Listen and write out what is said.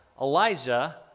Elijah